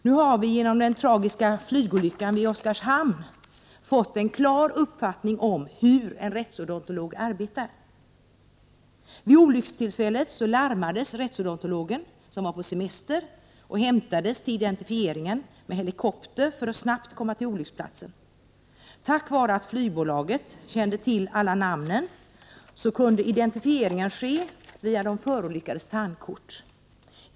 Nu har vi genom den tragiska flygolyckan vid Oskarshamn fått en klar uppfattning om hur en rättsodontolog arbetar. Vid olyckstillfället larmades rättsodontologen, som var på semester, och han hämtades till identifieringen med helikopter för att snabbt komma till olycksplatsen. Tack vare att flygbolaget kände till alla namnen kunde identifieringen ske via de förolyckades tandkort.